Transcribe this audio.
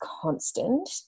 constant